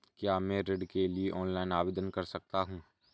क्या मैं ऋण के लिए ऑनलाइन आवेदन कर सकता हूँ?